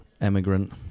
emigrant